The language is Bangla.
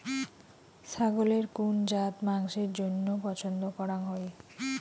ছাগলের কুন জাত মাংসের জইন্য পছন্দ করাং হই?